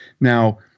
Now